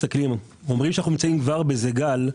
אומרים שאנחנו נמצאים כבר באיזשהו גל,